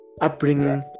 upbringing